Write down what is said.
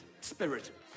Spirit